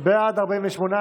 סיעת הליכוד,